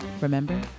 remember